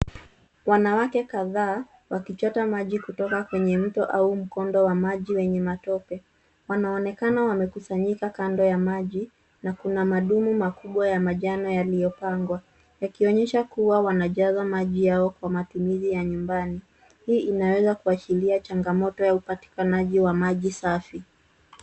Wanawake kadhaa, wakichota maji kutoka kwenye mto au mkondo wa maji wenye matope. Wanaonekana wamekusanyika kando ya maji na kuna madumu makubwa ya manjano yaliyopangwa, yakionyesha kuwa wanajaza maji yao kwa matumizi ya nyumbani. Hii inaweza kuashiria changamoto ya upatikanaji wa maji safi.